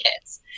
kids